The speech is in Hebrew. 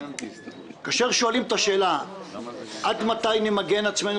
כאשר שואלים את השאלה עד מתי נמגן עצמנו